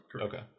Okay